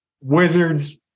wizards